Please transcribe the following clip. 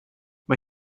mae